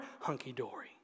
hunky-dory